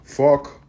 Fuck